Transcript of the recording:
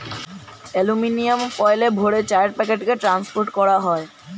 aluminium ফয়েলে ভরে চায়ের প্যাকেটকে ট্রান্সপোর্ট করা হয়